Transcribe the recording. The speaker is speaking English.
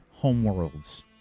homeworlds